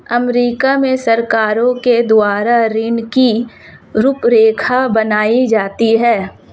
अमरीका में सरकारों के द्वारा ऋण की रूपरेखा बनाई जाती है